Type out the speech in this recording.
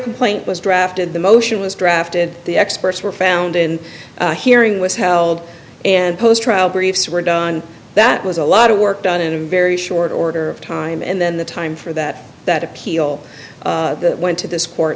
complaint was drafted the motion was drafted the experts were found in hearing was held and post trial briefs were done that was a lot of work done in a very short order of time and then the time for that that appeal that went to th